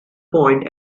point